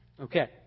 Okay